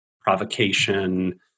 provocation